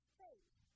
faith